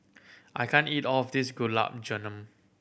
I can't eat all of this Gulab Jamun